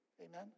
Amen